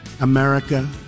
America